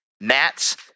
Nats